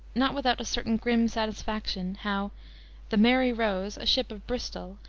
not without a certain grim satisfaction, how the mary rose, a ship of bristol,